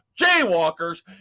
jaywalkers